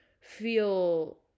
feel